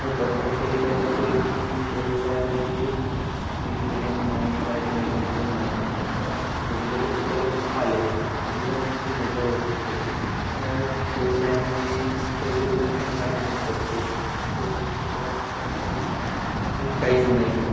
होतात पण शहरी शाळेत असं आहे की शहरी शाळेत म्हणजे इंग्लिश मिडियम आणि मराठी मिडियम असे दोन भाग असतात आता जिल्हा परिषदला पण तसं आलं आहे पण जिल्हा परिषद भेदभाव होत नाही आहे शहरी शाळेमध्ये पैसे देऊन आपण ॲडमिशन करतो व्यवस्थित शिकायला पण नाही भेटत आणि काहीच नाही